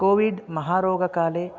COVID महारोगकाले